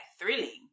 thrilling